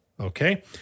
Okay